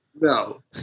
No